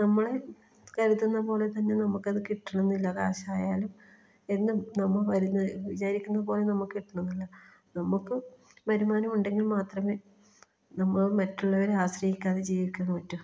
നമ്മളെ കരുതുന്ന പോലെ തന്നെ നമുക്കത് കിട്ടണമെന്നില്ല കാശായാലും എന്നും നമ്മൾ വരുന്ന വിചാരിക്കുന്ന പോലെ നമുക്ക് കിട്ടണമെന്നില്ല നമുക്ക് വരുമാനം ഉണ്ടെങ്കിൽ മാത്രമേ നമ്മൾ മറ്റുള്ളവരെ ആശ്രയിക്കാതെ ജീവിക്കാൻ പറ്റൂ